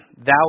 Thou